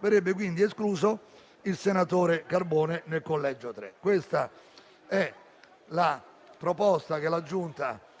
Verrebbe quindi escluso il senatore Carbone, nel collegio 3. Queste sono la proposta che la Giunta